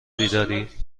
بیداری